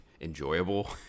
enjoyable